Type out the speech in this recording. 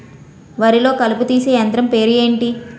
వరి లొ కలుపు తీసే యంత్రం పేరు ఎంటి?